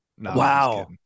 Wow